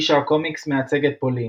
היא שהקומיקס מייצג את פולין,